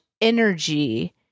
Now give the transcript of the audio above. energy